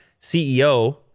CEO